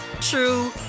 true